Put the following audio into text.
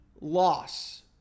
loss